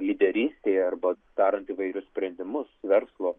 lyderystėje arba darant įvairius sprendimus verslo